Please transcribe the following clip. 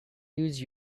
use